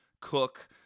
Cook